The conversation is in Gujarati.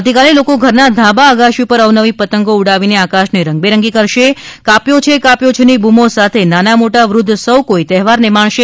આવતીકાલે લોકો ઘરના ધાબા અગાશી પર અવનવી પતંગો ઉડાવીને આકાશને રંગબેરંગી કરશે અને કાપ્યો છે કાપ્યો છે ની બૂમો સાથે નાનામોટા વૃધ્ધ સૌ કોઇ તહેવારને માણશે